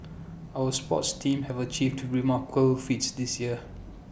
our sports teams have achieved remarkable feats this year